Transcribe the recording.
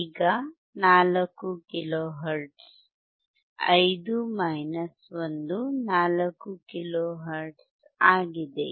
ಈಗ 4 kilohertz 4 kilohertz ಆಗಿದೆ